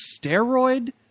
steroid